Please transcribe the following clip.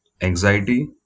anxiety